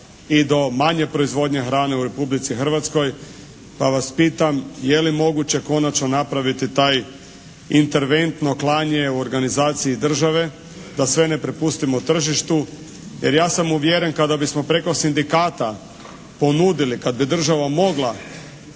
i do manje proizvodnje hrane u Republici Hrvatskoj, pa vas pitam je li moguće konačno napraviti taj interventno klanje organizaciji države, da sve ne prepustimo tržištu? Jer ja sam uvjeren kada bismo preko sindikata ponudili, kad bi država mogla